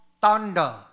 thunder